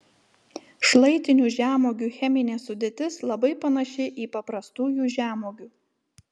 šlaitinių žemuogių cheminė sudėtis labai panaši į paprastųjų žemuogių